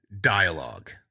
dialogue